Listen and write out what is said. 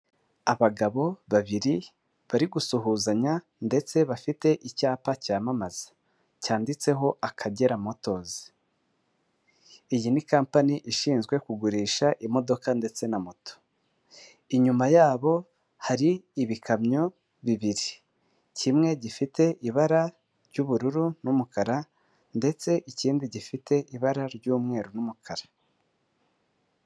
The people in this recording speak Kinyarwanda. Abagabo babiri bari gusuhuzanya ndetse bafite icyapa cyamamaza cyanditseho Akagera Motozi, iyi ni kampani ishinzwe kugurisha imodoka ndetse na moto, inyuma yabo hari ibikamyo bibiri, kimwe gifite ibara ry'ubururu n'umukara ndetse ikindi gifite ibara ry'umweru n'umukara.